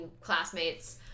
classmates